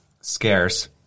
scarce